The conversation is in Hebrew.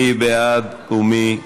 מי בעד ומי נגד?